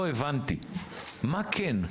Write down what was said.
הבנתי מה לא מה כן?